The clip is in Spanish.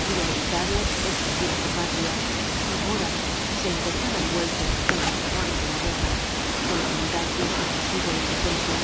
había evit do el servir á su patria y ahora se encontraba envuelto en los horrores de la guerra con la humildad de un ser pasivo é indefenso